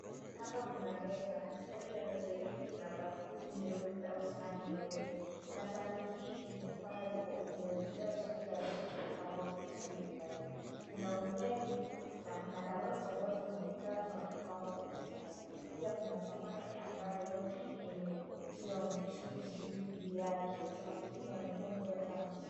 Hapa kuna meza, na katika juu ya meza hii kuna bakuli nyeupe au sahani nyeupe, na sahani hii imeekelewa chakula ambacho kimepangwa kwa ustadi fulani. Kuna ugali na kuna karoti ambazo zimekatwa na kupangwa kwenye sahani hii. Pia kuna samaki ambayo imetiwa mchuzi juu yake. Samaki hii inaonekana ikiwa tamu sana.